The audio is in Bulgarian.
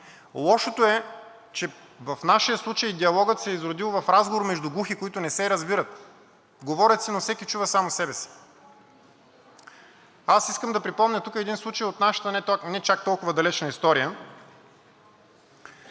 Лошото е, че в нашия случай диалогът се е изродил в разговор между глухи, които не се разбират – говорят си, но всеки чува само себе си. Аз искам да припомня тук един случай от нашата не чак толкова далечна история,